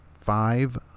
Five